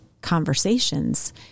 conversations